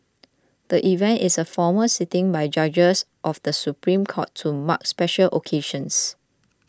the event is a formal sitting by judges of the Supreme Court to mark special occasions